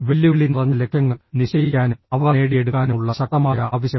വെല്ലുവിളി നിറഞ്ഞ ലക്ഷ്യങ്ങൾ നിശ്ചയിക്കാനും അവ നേടിയെടുക്കാനുമുള്ള ശക്തമായ ആവശ്യം